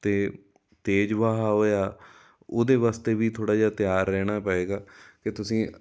ਅਤੇ ਤੇਜ਼ ਵਹਾਅ ਹੋਇਆ ਉਹਦੇ ਵਾਸਤੇ ਵੀ ਥੋੜ੍ਹਾ ਜਿਹਾ ਤਿਆਰ ਰਹਿਣਾ ਪਵੇਗਾ ਕਿ ਤੁਸੀਂ